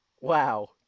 Wow